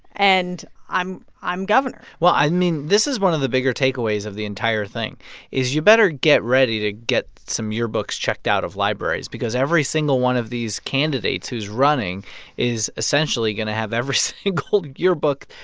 and i'm i'm governor well, i mean, this is one of the bigger takeaways of the entire thing is you better get ready to get some yearbooks checked out of libraries because every single one of these candidates who's running is essentially going to have every single yearbook,